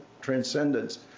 transcendence